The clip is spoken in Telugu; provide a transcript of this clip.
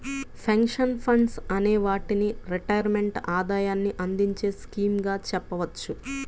పెన్షన్ ఫండ్స్ అనే వాటిని రిటైర్మెంట్ ఆదాయాన్ని అందించే స్కీమ్స్ గా చెప్పవచ్చు